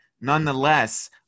nonetheless